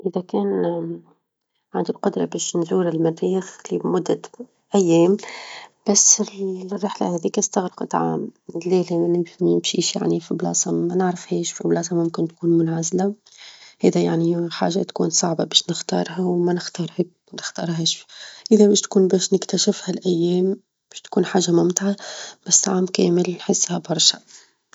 إذا كان عندي القدرة باش نزور المريخ لمدة أيام، بس الرحلة هذيك استغرقت عام، الليل اللي ما يمشيش يعني فى بلاصة ما نعرفهاش، في بلاصة ممكن تكون منعزلة، هذا يعني حاجة تكون صعبة باش نختارها وما -نختار- نختارهاش، إذا باش تكون باش نكتشفها لأيام باش تكون حاجة ممتعة، بس عام كامل نحسها برشا.